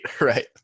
right